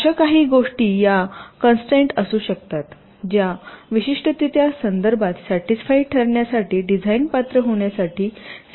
अशा काही गोष्टी या कॉन्संट्रेन्ट असू शकतात ज्या विशिष्टतेच्या संदर्भात सॅटिसफाईड ठरण्यासाठी डिझाइन पात्र होण्यासाठी सॅटिसफाईड असतात